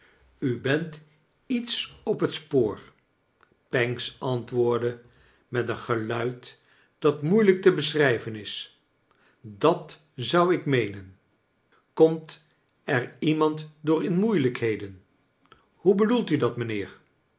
u bent lets op het spoor pancks antwoordde met een geluid dat moeilijk te beschrijven is dat zou ik meenen komt er iemand door in moeilijkheden hoe bedoelt u dat mijnheer